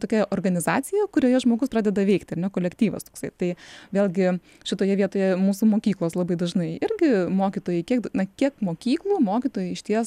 tokia organizacija kurioje žmogus pradeda veikti ar ne kolektyvas toksai tai vėlgi šitoje vietoje mūsų mokyklos labai dažnai irgi mokytojai kiek na kiek mokyklų mokytojai išties